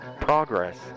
Progress